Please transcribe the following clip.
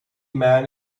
man